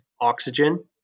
oxygen